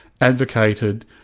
advocated